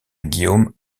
guillaume